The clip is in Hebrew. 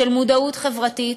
של מודעות חברתית,